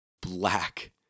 Black